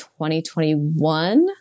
2021